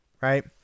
right